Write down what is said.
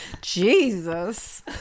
Jesus